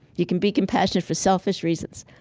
you can be compassionate for selfish reasons.